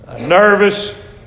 nervous